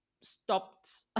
stopped